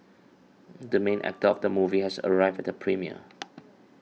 the main actor of the movie has arrived at the premiere